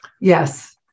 Yes